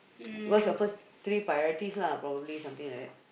what's your first three priorities lah probably something like that